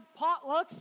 potlucks